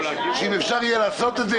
אני מבקש שאם אפשר יהיה לעשות את זה,